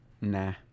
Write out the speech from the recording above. Nah